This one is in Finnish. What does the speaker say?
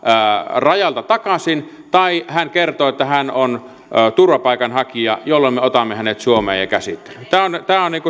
rajalta takaisin tai hän kertoo että hän on turvapaikanhakija jolloin me otamme hänet suomeen ja käsittelyyn tämä on